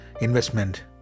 investment